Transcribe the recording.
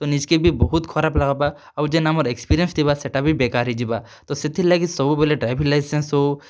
ତ ନିଜ୍କେ ବି ବହୁତ୍ ଖରାପ୍ ଲାଗ୍ବା ଆଉ ଯେନ୍ ଆମର୍ ଏକ୍ସପିରିଏନ୍ସ୍ ଥିବା ସେଟା ବି ବେକାର୍ ହେଇଯିବା ତ ସେଥିର୍ ଲାଗି ସବୁବେଲେ ଡ଼୍ରାଇଭିଙ୍ଗ୍ ଲାଇସେନ୍ସ୍ ହେଉ